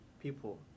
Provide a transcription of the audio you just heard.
people